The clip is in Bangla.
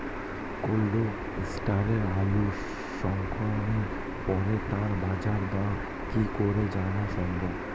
কোল্ড স্টোরে আলু সংরক্ষণের পরে তার বাজারদর কি করে জানা সম্ভব?